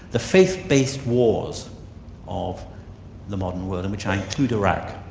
the faith-based wars of the modern world in which i include iraq,